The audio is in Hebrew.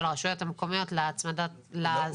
הרשויות המקומיות לסמכויות של השלטון המרכזי.